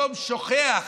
פתאום שוכח